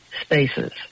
spaces